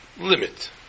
limit